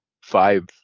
five